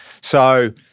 So-